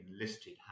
listed